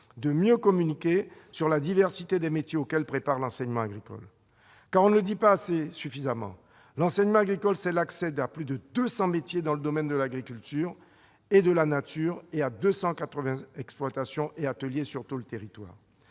de mieux communiquer sur la diversité des métiers auxquels prépare l'enseignement agricole. On ne le dit pas suffisamment : l'enseignement agricole permet d'accéder à plus de 200 métiers dans le domaine de l'agriculture et de la nature, et à 280 exploitations et ateliers sur tout le territoire.